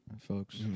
folks